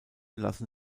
lassen